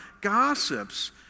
gossips